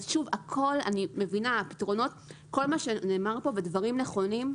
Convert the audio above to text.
אני מבינה, כל מה שנאמר כאן, אלה דברים נכונים.